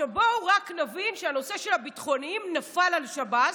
בואו נבין שהנושא של הביטחוניים נפל על שב"ס,